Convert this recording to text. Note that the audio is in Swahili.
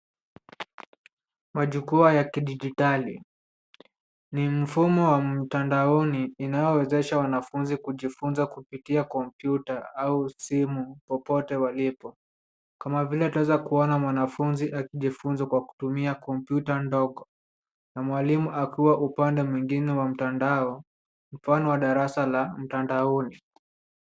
Majukwaa ya kidijitali. Ni mfumo wa mtandaoni inayowezesha wanafunzi kujifunza kupitia kompyuta au simu, popote walipo. Kama vile twaweza kuona mwanafunzi akijifunza kwa kutumia kompyuta ndogo, na mwalimu akiwa upande mwingine wa mtandao, mfano wa darasa la mtandaoni.